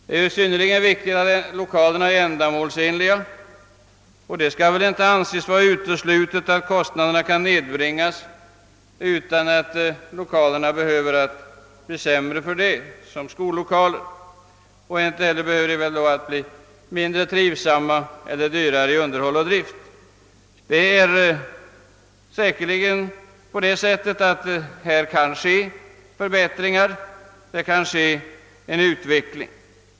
Det är synnerligen viktigt att lokalerna är ändamålsenliga. Det skall emellertid inte anses vara uteslutet att kostnaderna kan nedbringas utan att skollokalerna blir sämre för det. Inte heller behöver de därför bli mindre trivsamma eller dyrare i underhåll och drift. Säkerligen kan det göras förbättringar.